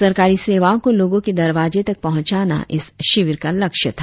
सरकारी सेवाओं को लोगों के दरवाजे तक पहुंचाना इस शिविर का लक्ष्य था